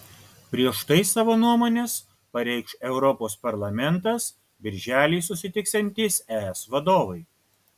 prieš tai savo nuomones pareikš europos parlamentas birželį susitiksiantys es vadovai